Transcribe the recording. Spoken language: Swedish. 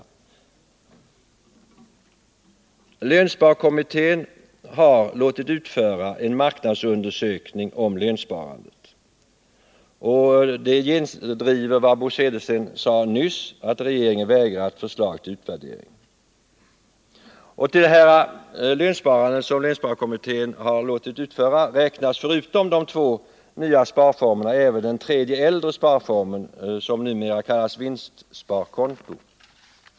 Lönsparkommittén har låtit utföra en marknadsundersökning om lönsparandet. Det gendriver vad Bo Södersten nyss sade, nämligen att regeringen vägrat en utvärdering av förslaget. I denna undersökning räknas till lönsparandet förutom de två nya sparformerna även den tredje äldre sparformen, som numera kallas vinstsparkonto.